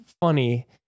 funny